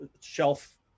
shelf